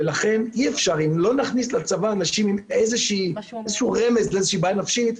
ולכן אם לא נכניס לצבא אנשים עם איזשהו רמז לאיזושהי בעיה נפשית,